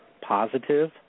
positive